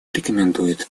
рекомендует